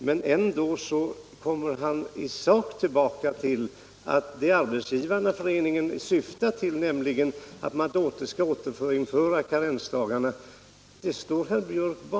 Men herr Biörck tycks likväl komma fram till att han av någon anledning står bakom det som Arbetsgivareföreningens utspel syftade till, nämligen ett återinförande av karensdagarna.